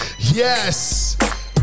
Yes